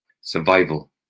survival